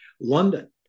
London